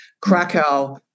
Krakow